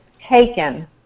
taken